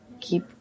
keep